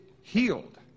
healed